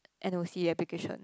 N_O_C application